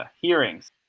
Hearings